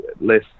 less